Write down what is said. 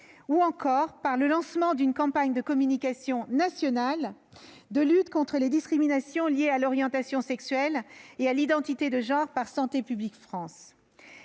ou encore par le lancement d'une campagne de communication nationale de lutte contre les discriminations liées à l'orientation sexuelle et à l'identité de genre par Santé publique France.